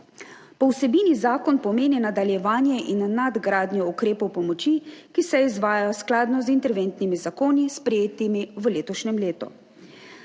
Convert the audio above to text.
Po vsebini zakon pomeni nadaljevanje in nadgradnjo ukrepov pomoči, ki se izvajajo skladno z interventnimi zakoni, sprejetimi v letošnjem letu.